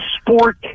sport